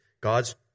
God's